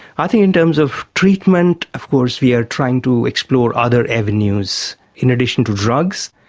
i think in terms of treatment, of course we are trying to explore other avenues in addition to drugs.